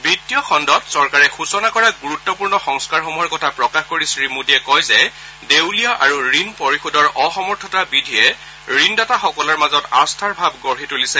বিত্তীয় খণ্ডত চৰকাৰে সূচনা কৰা গুৰুত্বপূৰ্ণ সংস্কাৰসমূহৰ কথা প্ৰকাশ কৰি শ্ৰীমোদীয়ে কয় যে দেউলীয়া আৰু ঋণ পৰিশোধৰ অসমৰ্থতা বিধিয়ে ঋণদাতাসকলৰ মাজত আস্থাৰ ভাৱ গঢ়ি তুলিছে